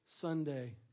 Sunday